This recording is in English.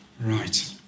Right